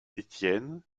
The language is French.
étienne